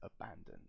abandoned